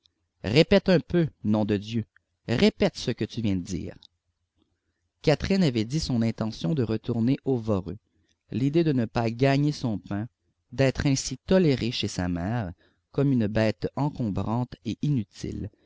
répète un peu nom de dieu répète ce que tu viens de dire catherine avait dit son intention de retourner au voreux l'idée de ne pas gagner son pain d'être ainsi tolérée chez sa mère comme une bête encombrante et inutile